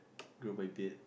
grow my beard